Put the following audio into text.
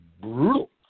brutal